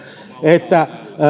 että